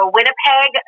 Winnipeg